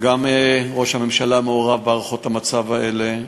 גם ראש הממשלה מעורב בהערכות המצב האלה,